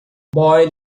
boyle